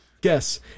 Guess